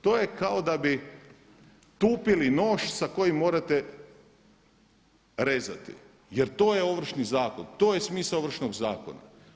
To je kao da bi tupili nož sa kojim morate rezati jer to je Ovršni zakon, to je smisao Ovršnog zakona.